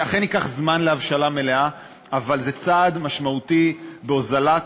וזה מה שעשינו בוועדה.